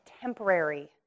temporary